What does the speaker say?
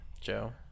joe